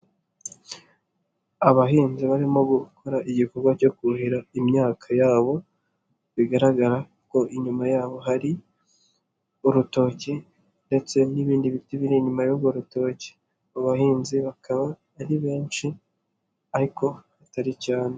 Abahinzi barimo gukora igikorwa cyo kuhira imyaka yabo, bigaragara ko inyuma yabo hari urutoki ndetse n'ibindi biti biri inyuma y'urwo rutoki, abo bahinzi bakaba ari benshi ariko atari cyane.